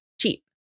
cheap